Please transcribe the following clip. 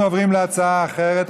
נספחות.] אנחנו עוברים להצעה אחרת,